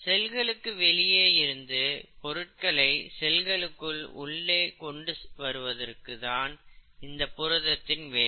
செல்களுக்கு வெளியே இருந்து பொருட்களை செல்களுக்கு உள்ளே கொண்டு வருவது தான் இந்த புரதத்தின் வேலை